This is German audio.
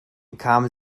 kam